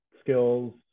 skills